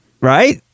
Right